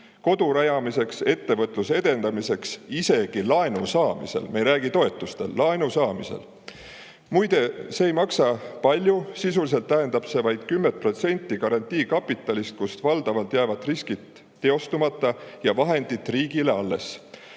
kodu rajamiseks, ettevõtluse edendamiseks ja isegi laenu saamiseks. Me ei räägi toetustest, vaid laenu saamisest. Muide, see ei maksa palju, sisuliselt tähendab see vaid 10% garantiikapitalist, mille puhul valdavalt jäävad riskid teostumata ja vahendid riigile alles.